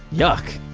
yuck.